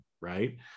Right